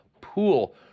pool